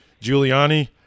Giuliani